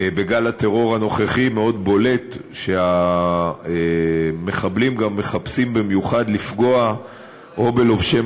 בגל הטרור הנוכחי מאוד בולט שהמחבלים גם מחפשים במיוחד לפגוע או בלובשי